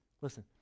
listen